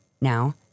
now